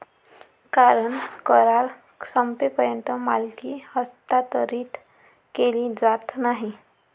कारण करार संपेपर्यंत मालकी हस्तांतरित केली जात नाही